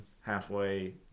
halfway